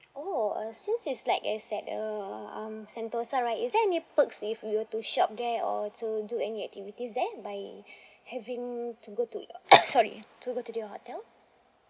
oh uh since it's like as at the um sentosa right is there any perks if we were to shop there or to do any activities there by having to go to your sorry to go to the hotel